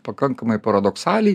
pakankamai paradoksaliai